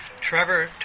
Trevor